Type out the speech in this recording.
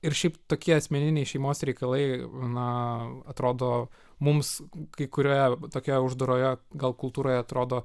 ir šiaip tokie asmeniniai šeimos reikalai na atrodo mums kai kurioje tokioje uždaroje gal kultūroje atrodo